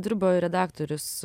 dirbo redaktorius